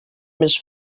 més